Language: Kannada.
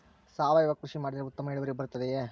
ಸಾವಯುವ ಕೃಷಿ ಮಾಡಿದರೆ ಉತ್ತಮ ಇಳುವರಿ ಬರುತ್ತದೆಯೇ?